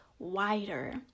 wider